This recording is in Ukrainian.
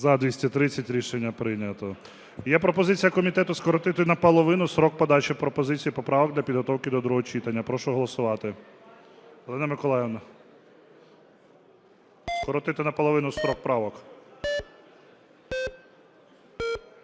За-230 Рішення прийнято. Є пропозиція комітету скоротити наполовину строк подачі пропозицій і поправок для підготовки до другого читання. Прошу голосувати. Галина Миколаївна, скоротити наполовину строк правок.